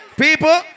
People